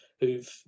who've